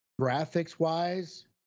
graphics-wise